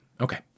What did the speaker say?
Okay